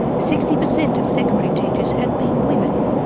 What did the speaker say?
sixty per cent of secondary teachers had been women,